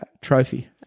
trophy